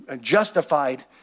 justified